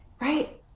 right